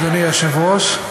אדוני היושב-ראש,